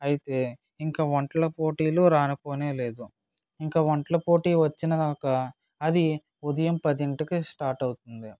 అయితే ఇంక వంటల పోటీలు రానుపోనేలేదు ఇంకా వంటల పోటీ వచ్చే దాకా అది ఉదయం పది ఇంటికి స్టార్ట్ అవుతుంది